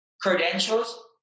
credentials